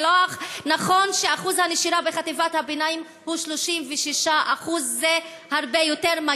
זה לא נכון ששיעור הנשירה בחטיבת הביניים הוא 36%; זה הרבה יותר,